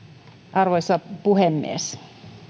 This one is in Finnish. arvoisa puhemies